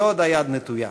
ועוד היד נטויה.